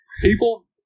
people